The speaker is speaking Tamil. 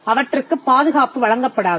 அவற்றுக்குப் பாதுகாப்பு வழங்கப்படாது